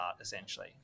essentially